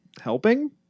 helping